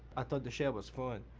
i thought the shed was fun.